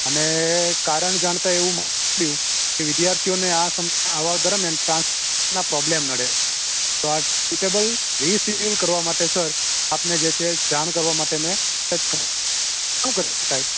અને કારણ જાણતાં એવું મળ્યું વિદ્યાર્થીઓને આ સમય આવવા દરમ્યાન ટ્રાન્સપોર્ટ ના ઘણાં પ્રોબ્લેમ નડે તો ટાઈમ ટેબલ રિશેડ્યૂલ કરવા માટે સર આપણે જે છે જાણ કરવા માટે મેં શું કરી શકાય